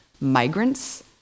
migrants